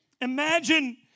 Imagine